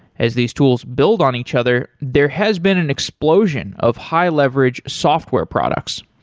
as these tools build on each other, there has been an explosion of high leverage software products,